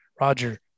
Roger